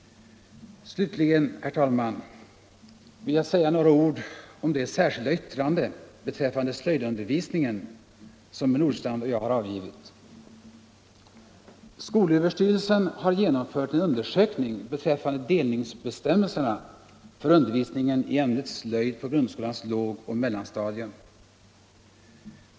Slutligen, herr talman, vill jag säga några ord om det särskilda yttrande beträffande slöjdundervisningen som herr Nordstrandh och jag har avgivit. Skolöverstyrelsen har genomfört en undersökning beträffande delningsbestämmelserna för undervisningen i ämnet slöjd på grundskolans lågoch mellanstadium.